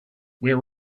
where